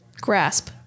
grasp